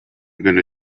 gonna